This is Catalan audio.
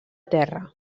terra